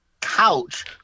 couch